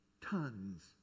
Tons